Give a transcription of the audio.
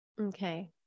Okay